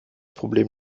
problem